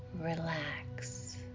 Relax